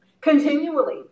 continually